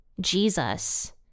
Jesus